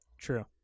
True